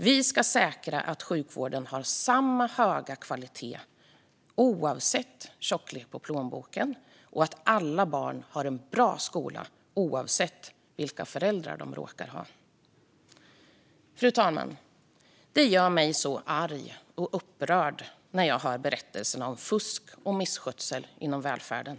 Vi ska säkerställa att sjukvården har samma höga kvalitet oavsett tjocklek på plånboken och att alla barn har en bra skola oavsett vilka föräldrar de råkar ha. Fru talman! Det gör mig så arg och upprörd när jag hör berättelser om fusk och misskötsel inom välfärden.